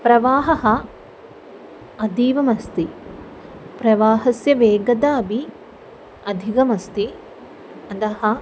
प्रवाहः अतीव अस्ति प्रवाहस्य वेगता अपि अधिकमस्ति अतः